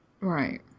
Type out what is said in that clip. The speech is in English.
Right